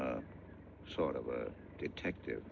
m sort of a detective